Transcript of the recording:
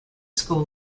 school